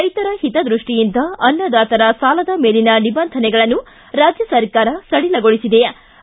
ರೈತರ ಹಿತ ದೃಷ್ಟಿಯಿಂದ ಅನ್ನದಾತರ ಸಾಲದ ಮೇಲಿನ ನಿಬಂಧನೆಗಳನ್ನು ರಾಜ್ಯ ಸರ್ಕಾರ ಸಡಿಲಗೊಳಿಬದೆ